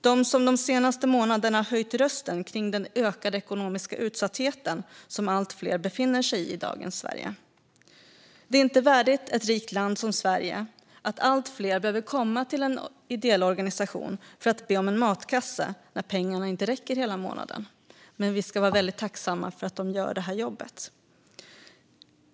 Det är de som under de senaste månaderna har höjt rösten kring den ökade ekonomiska utsatthet som allt fler i dagens Sverige befinner sig i. Det är inte värdigt ett rikt land som Sverige att allt fler behöver komma till en ideell organisation för att be om en matkasse när pengarna inte räcker hela månaden, men vi ska vara väldigt tacksamma för att de gör det jobbet.